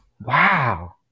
wow